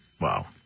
Wow